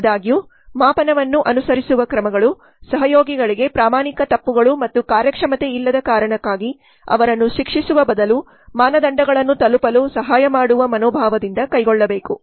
ಆದಾಗ್ಯೂ ಮಾಪನವನ್ನು ಅನುಸರಿಸುವ ಕ್ರಮಗಳು ಸಹಯೋಗಿಗಳಿಗೆ ಪ್ರಾಮಾಣಿಕ ತಪ್ಪುಗಳು ಮತ್ತು ಕಾರ್ಯಕ್ಷಮತೆಯಿಲ್ಲದ ಕಾರಣಕ್ಕಾಗಿ ಅವರನ್ನು ಶಿಕ್ಷಿಸುವ ಬದಲು ಮಾನದಂಡಗಳನ್ನು ತಲುಪಲು ಸಹಾಯ ಮಾಡುವ ಮನೋಭಾವದಿಂದ ಕೈಗೊಳ್ಳಬೇಕು